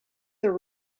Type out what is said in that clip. their